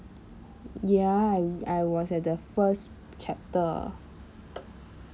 ya I I was at the first chapter